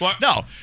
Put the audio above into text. No